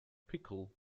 pickle